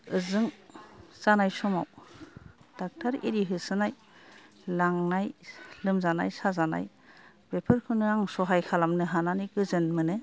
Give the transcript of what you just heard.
ओजों जानाय समाव डाक्टार एरि होसोनाय लांनाय लोमजानाय साजानाय बेफोरखौनो आं सहाय खालामनो हानानै गोजोन मोनो